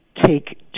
take